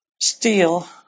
steel